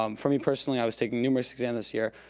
um for me personally, i was taking numerous exams this year,